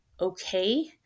okay